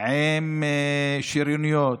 עם שריוניות,